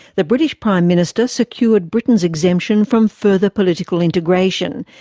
the british prime minister secured britain's exemption from further political integration.